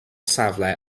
safle